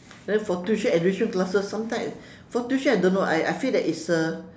then for tuition enrichment classes sometime for tuition I don't know I I feel that it's a